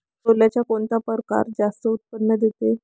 सोल्याचा कोनता परकार जास्त उत्पन्न देते?